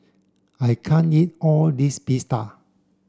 I can't eat all this Pita